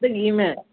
घी में